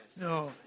No